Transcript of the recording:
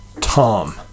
Tom